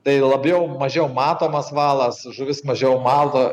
tai labiau mažiau matomas valas žuvis mažiau mato